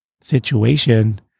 situation